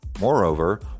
Moreover